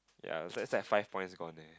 ya so it's like five points gone eh